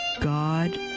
God